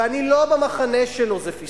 ואני לא במחנה שלו, זה פספוס.